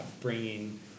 bringing